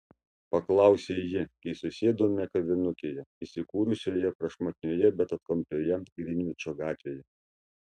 paklausė ji kai susėdome kavinukėje įsikūrusioje prašmatnioje bet atkampioje grinvičo gatvėje